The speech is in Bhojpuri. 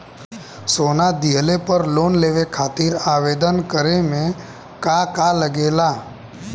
सोना दिहले पर लोन लेवे खातिर आवेदन करे म का का लगा तऽ?